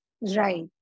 Right